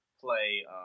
play